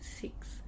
Six